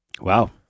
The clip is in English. Wow